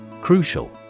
Crucial